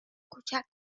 کوچک